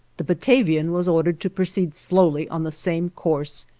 the batavian was ordered to proceed slowly on the same course,